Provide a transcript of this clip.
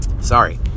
sorry